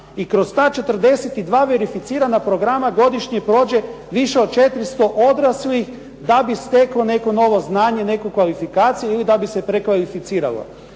i kroz ta 42 verificirana programa godišnje prođe više od 400 odraslih da bi steklo neko novo znanje neku kvalifikaciju ili da bi se prekvalificiralo.